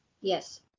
Yes